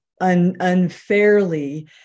unfairly